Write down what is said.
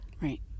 Right